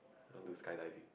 I want to skydiving